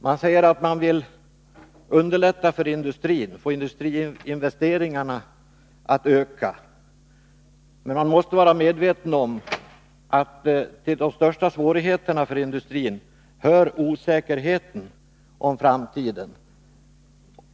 Det sägs att man vill underlätta för industrin och få industriinvesteringarna att öka, men man måste vara medveten om att till de största svårigheterna för industrin hör osäkerheten om framtiden.